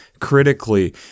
critically